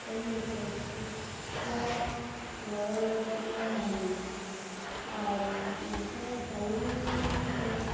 ᱪᱟᱣᱢᱤᱱᱤᱧ ᱦᱟᱛᱟᱣ ᱠᱮᱫᱟ ᱠᱤᱱᱛᱩ ᱚᱱᱟ ᱞᱚᱞᱚ ᱛᱟᱦᱮᱱ ᱢᱟ ᱟᱨ ᱦᱮᱸ ᱴᱟᱭᱤᱢ ᱛᱤᱱᱟᱹᱜ